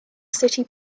city